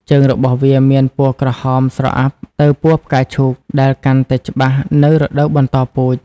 ជើងរបស់វាមានពណ៌ក្រហមស្រអាប់ទៅពណ៌ផ្កាឈូក ដែលកាន់តែច្បាស់នៅរដូវបន្តពូជ។